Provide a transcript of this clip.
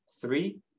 Three